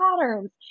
patterns